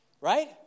Right